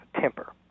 temper